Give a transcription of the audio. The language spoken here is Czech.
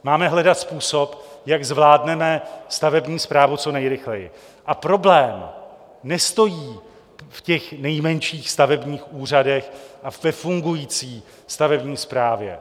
Máme hledat způsob, jak zvládneme stavební správu co nejrychleji, a problém nestojí v těch nejmenších stavebních úřadech a ve fungující stavební správě.